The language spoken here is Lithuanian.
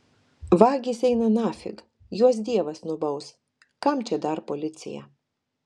vagys eina nafig juos dievas nubaus kam čia dar policija